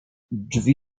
drzwi